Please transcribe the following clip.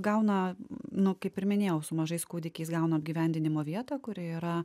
gauna nu kaip ir minėjau su mažais kūdikiais gauna apgyvendinimo vietą kuri yra